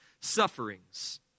sufferings